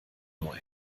neu